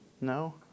No